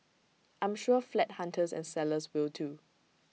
I'm sure flat hunters and sellers will too